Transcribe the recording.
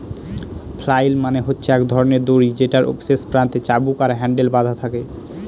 flail মানে হচ্ছে এক ধরনের দড়ি যেটার শেষ প্রান্তে চাবুক আর হ্যান্ডেল বাধা থাকে